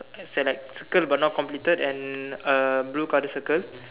it's like circle but like not completed and a blue colour circle